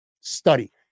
study